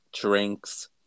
drinks